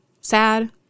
sad